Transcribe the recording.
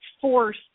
force